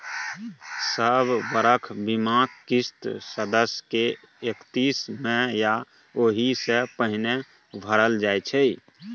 सब बरख बीमाक किस्त सदस्य के एकतीस मइ या ओहि सँ पहिने भरल जाइ छै